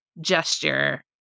gesture